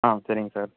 ஆ சரிங்க சார்